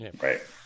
right